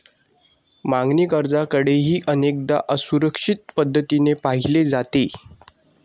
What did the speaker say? मागणी कर्जाकडेही अनेकदा असुरक्षित पद्धतीने पाहिले जाते